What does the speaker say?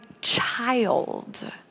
child